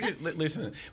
Listen